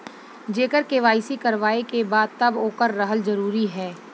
जेकर के.वाइ.सी करवाएं के बा तब ओकर रहल जरूरी हे?